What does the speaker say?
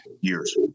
years